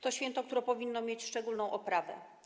To święto, które powinno mieć szczególną oprawę.